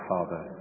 Father